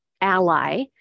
ally